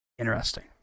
interesting